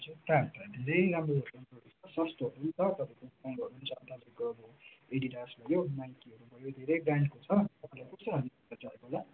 जुत्ताहरू त धेरै राम्रो राम्रो छ सस्तोहरू पनि छ तपाईँको महँगोहरू पनि छ तपाईँको अब एडिडास भयो नाइकीहरू भयो धेरै ब्रान्डको छ तपाईँलाई कस्तो खाले जुत्ता चाहिएको होला